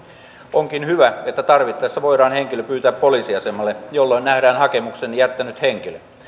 onkin hyvä että tarvittaessa voidaan henkilö pyytää poliisiasemalle jolloin nähdään hakemuksen jättänyt henkilö